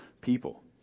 people